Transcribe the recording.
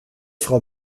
frau